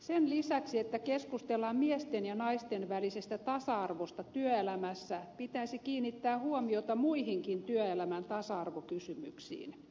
sen lisäksi että keskustellaan miesten ja naisten välisestä tasa arvosta työelämässä pitäisi kiinnittää huomiota muihinkin työelämän tasa arvokysymyksiin